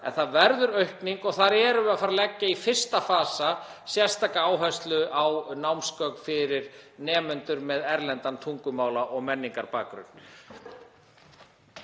en það verður aukning og þar erum við í fyrsta fasa að fara að leggja sérstaka áherslu á námsgögn fyrir nemendur með erlendan tungumála- og menningarbakgrunn.